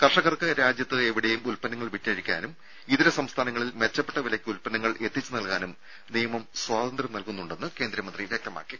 കർഷകർക്ക് രാജ്യത്ത് എവിടെയും ഉല്പന്നങ്ങൾ വിറ്റഴിക്കാനും ഇതര സംസ്ഥാനങ്ങളിൽ മെച്ചപ്പെട്ട വിലയ്ക്ക് ഉല്പന്നങ്ങൽ എത്തിച്ച് നൽകാനും നിയമം സ്വാതന്ത്ര്യം നൽകുന്നുണ്ടെന്ന് കേന്ദ്രമന്ത്രി വ്യക്തമാക്കി